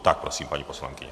Tak prosím, paní poslankyně.